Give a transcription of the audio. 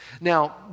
now